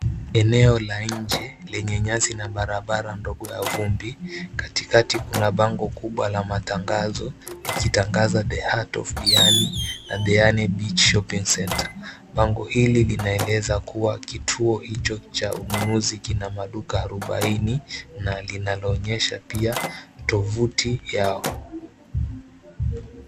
Eneo la nje lenye nyasi na barabara ndogo ya vumbi, katikati kuna bango kubwa la matangazo likitangaza, The Heart of Diani na, Diani Beach Shopping Centre. Bango hili linaeleza kuwa kituo hicho cha ununuzi kina maduka arobaini na linaloonyesha pia tovuti yao.